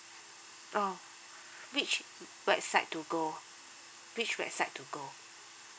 oh which website to go which website to go